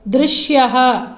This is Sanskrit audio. दृश्यः